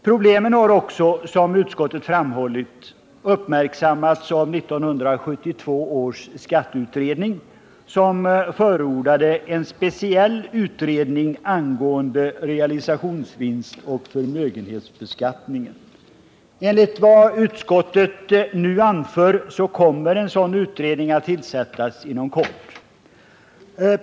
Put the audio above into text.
Problemet har också som utskottet framhållit uppmärksammats av 1972 års skatteutredning, som förordade en speciell utredning angående realisationsvinstoch förmögenhetsbeskattning. Enligt vad utskottet nu anför kommer en sådan utredning att tillsättas inom kort.